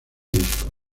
disco